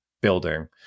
building